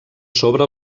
sobre